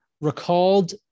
recalled